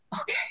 okay